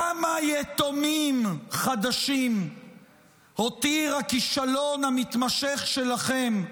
כמה יתומים חדשים הותיר הכישלון המתמשך שלכם,